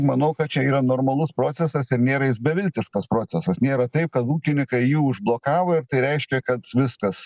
manau kad čia yra normalus procesas ir nėra jis beviltiškas procesas nėra taip kad ūkininkai jį užblokavo ir tai reiškia kad viskas